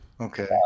Okay